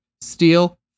steel